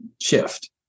shift